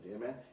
amen